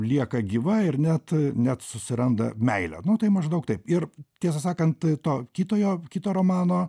lieka gyva ir net net susiranda meilę nu tai maždaug taip ir tiesą sakant to kito jo kito romano